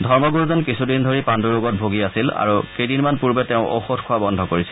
ধৰ্মগুৰুজন কিছুদিন ধৰি পাণুৰোগত ভোগী আছিল আৰু কেইদিনমান পূৰ্বে তেওঁ ঔষধ খোৱা বন্ধ কৰিছিল